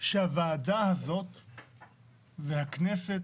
שהוועדה הזאת והכנסת,